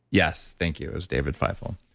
yes, thank you. it was david feifel.